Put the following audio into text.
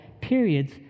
periods